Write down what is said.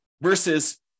versus